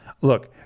Look